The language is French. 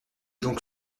donc